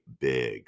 big